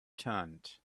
turned